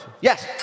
Yes